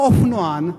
או אופנוען,